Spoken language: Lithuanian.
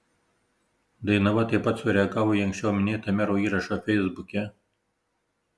dainava taip pat sureagavo į anksčiau minėtą mero įrašą feisbuke